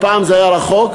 פעם זה היה רחוק,